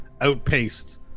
outpaced